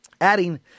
adding